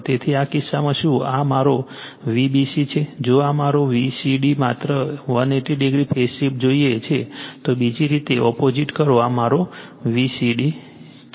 તેથી આ કિસ્સામાં શું આ મારો Vbc છે જો મારે Vcb માત્ર 180o ફેઝ શિફ્ટ જોઈએ છે તો બીજી રીતે ઓપોજીટ કરો આ મારો Vcb છે